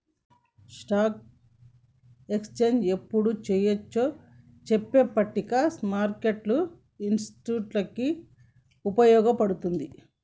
stock exchange యెప్పుడు చెయ్యొచ్చో చెప్పే పట్టిక స్మార్కెట్టు ఇన్వెస్టర్లకి వుపయోగపడతది